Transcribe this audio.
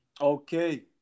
okay